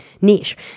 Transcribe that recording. niche